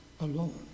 alone